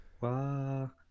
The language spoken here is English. Wow